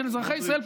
של אזרחי ישראל,